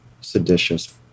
seditious